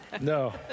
No